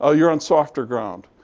ah you're on softer ground.